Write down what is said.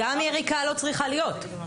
גם יריקה לא צריכה להיות.